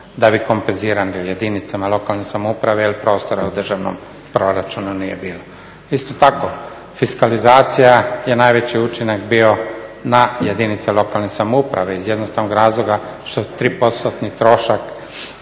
da bi kompenzirali jedinicama lokalne samouprave jer prostora u državnom proračunu nije bilo. Isto tako, fiskalizacija je najveći učinak bio na jedinice lokalne samouprave iz jednostavnog razloga što tri postotni trošak